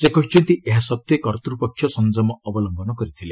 ସେ କହିଛନ୍ତି ଏହାସଭ୍ୱେ କର୍ତ୍ତୃପକ୍ଷ ସଂଯମ ଅବଲମ୍ଭନ କରିଥିଲେ